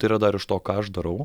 tai yra dar iš to ką aš darau